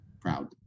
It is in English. Proud